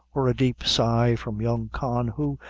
or a deep sigh from young con, who,